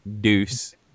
Deuce